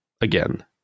again